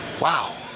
Wow